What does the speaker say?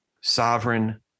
sovereign